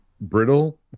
brittle